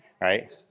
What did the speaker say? right